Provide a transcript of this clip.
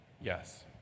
Yes